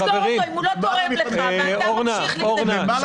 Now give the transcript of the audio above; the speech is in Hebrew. אז אם הוא לא תורם לך תסגור אותו --- למעלה